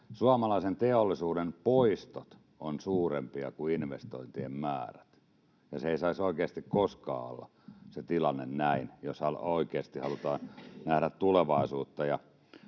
suomalaisen teollisuuden poistot ovat suurempia kuin investointien määrät, ja se tilanne ei saisi oikeasti koskaan olla näin, jos oikeasti halutaan nähdä tulevaisuutta.